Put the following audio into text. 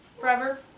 forever